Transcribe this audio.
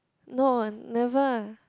no never